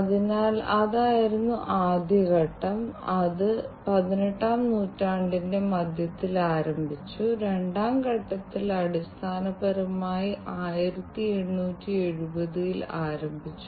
അതിനാൽ ഇതുപോലുള്ള ഒരു ആപ്ലിക്കേഷനാണ് ഭൂഗർഭ ഖനികളിൽ മറ്റ് വ്യത്യസ്ത ആപ്ലിക്കേഷനുകൾ ഉണ്ട് ഉദാഹരണത്തിന് സ്ട്രാറ്റ ഒരു വീഴ്ച നിരീക്ഷണം